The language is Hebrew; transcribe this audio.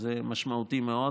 שזה משמעותי מאוד,